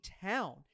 town